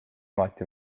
alati